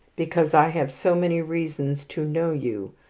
because i have so many reasons to know you,